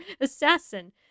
assassin